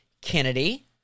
Kennedy